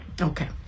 okay